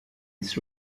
its